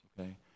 okay